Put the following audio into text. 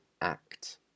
act